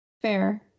Fair